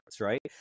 right